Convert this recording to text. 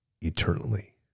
eternally